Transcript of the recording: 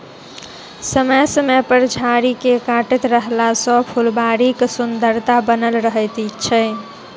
समय समय पर झाड़ी के काटैत रहला सॅ फूलबाड़ीक सुन्दरता बनल रहैत छै